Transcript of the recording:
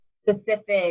specific